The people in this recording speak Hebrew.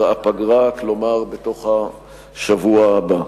הפגרה, כלומר בתוך השבוע הבא.